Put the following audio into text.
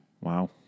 Wow